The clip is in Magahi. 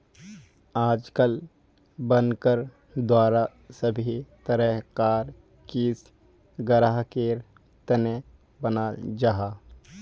आजकल बनकर द्वारा सभी तरह कार क़िस्त ग्राहकेर तने बनाल जाहा